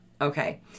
Okay